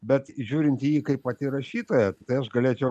bet žiūrint į kaip vat į rašytoją tai aš galėčiau